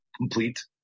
complete